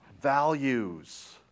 Values